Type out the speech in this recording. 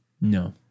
No